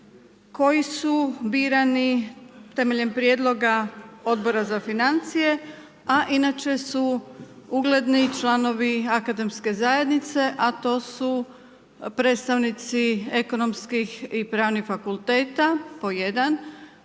koji su birani temeljem prijedloga Odbora za financije, a inače su ugledni članovi akademske zajednice, a to su predstavnici ekonomskih i pravnih fakulteta po jedan,